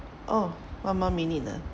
oh one more minute ah